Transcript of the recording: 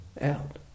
out